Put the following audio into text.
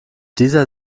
dieser